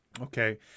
Okay